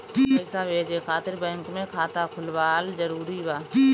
पईसा भेजे खातिर बैंक मे खाता खुलवाअल जरूरी बा?